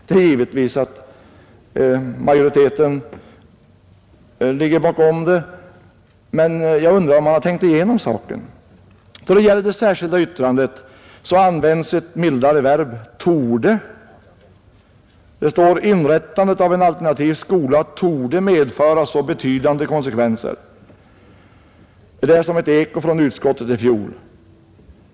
Det är givet att majoriteten i riksdagen står bakom, men jag undrar om man har tänkt igenom saken. I det särskilda yttrandet används ett mildare verb, nämligen torde. Det står att inrättandet av en alternativ skola torde medföra betydande konsekvenser. Det låter som ett eko från i fjol.